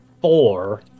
four